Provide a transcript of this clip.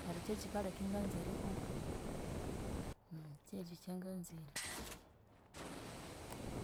neryo ky'ekikalheka inganza erihuka, kyekyo ekyanganzire.